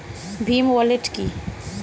Bhim wallet কি?